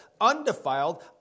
undefiled